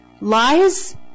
Lies